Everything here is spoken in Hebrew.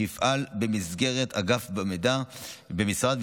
שיפעל במסגרת אגף המידע במשרד,